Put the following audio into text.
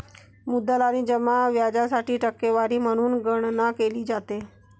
मुद्दल आणि जमा व्याजाची टक्केवारी म्हणून गणना केली जाते